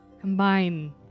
combine